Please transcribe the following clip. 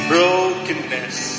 Brokenness